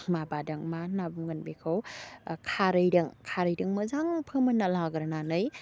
माबादों मा होन्ना बुंगोन बेखौ खारैदों खारैदों मोजां फोमोनना लाग्रोनानै